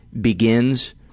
begins